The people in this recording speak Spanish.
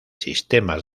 sistemas